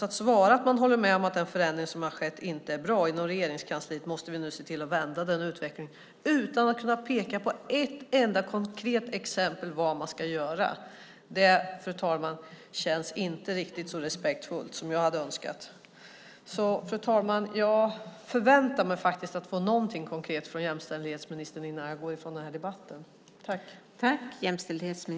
Att svara att man håller med om att den förändring som har skett inte är bra och att man inom Regeringskansliet nu måste se till att vända den utvecklingen utan att kunna peka på ett enda konkret exempel på vad man ska göra känns inte så respektfullt som jag skulle ha önskat, fru talman. Fru talman! Jag förväntar mig faktiskt att få någonting konkret från jämställdhetsministern innan jag går ifrån den här debatten.